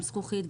גם זכוכית,